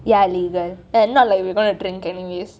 ya legal and not like we're gonna drink anyways